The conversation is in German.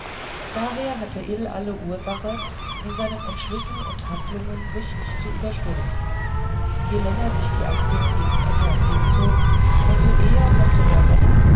daher hatte ill alle ursache in seinen entschlüssen und handlungen sich nicht zu überstürzen je länger sich die aktion gegen england hinzog um so eher konnte er hoffen